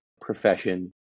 profession